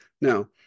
Now